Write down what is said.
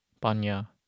Banya